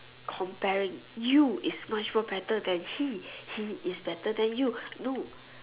comparing you is much more better than he he is better than you no